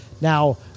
Now